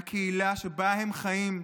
מהקהילה שבה הם חיים,